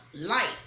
light